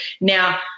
Now